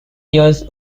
years